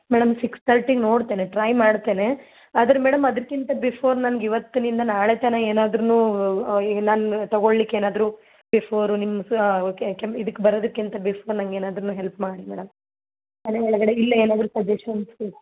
madam six ತರ್ಟಿಗೆ ನೋಡ್ತೇನೆ try ಮಾಡ್ತೇನೆ ಆದ್ರು ಮೇಡಮ್ ಅದಕ್ಕಿಂತ ಬಿಫೋರ್ ನನ್ಗೆ ಇವತ್ತಿನಿಂದ ನಾಳೆತನ ಏನಾದರುನು ಈಗ ನಾನು ತಗೊಳ್ಳಿಕ್ಕೆ ಏನಾದರು ಬಿಫೋರು ನಿಮ್ಮ ಸ ಕೆಮ್ಮು ಇದಕ್ಕೆ ಬರೋದಕ್ಕಿಂತ ಬಿಫೋರ್ ನಂಗೆ ಏನಾದರುನು ಹೆಲ್ಪ್ ಮಾಡಿ ಮೇಡಮ್ ಮನೆ ಒಳಗಡೆ ಇಲ್ಲೇ ಏನಾದರು ಸಜೆಶನ್ಸ್ ಬೇಕು